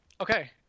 okay